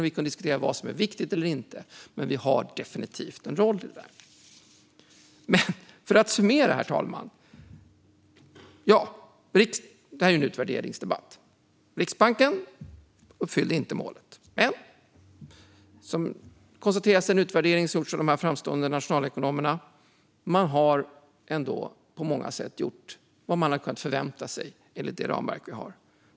Vi kan diskutera vad som är viktigt eller inte, men vi har definitivt en roll. Låt mig summera, herr talman. Det här är en utvärderingsdebatt. Riksbanken uppfyller inte målet. Det konstateras i en utvärdering som de framstående nationalekonomerna har gjort. Banken har ändå på många sätt gjort vad vi kan förvänta oss enligt de ramverk som finns.